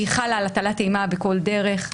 היא חלה על הטלת אימה בכל דרך,